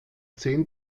zehn